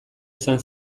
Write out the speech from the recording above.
izan